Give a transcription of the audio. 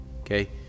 okay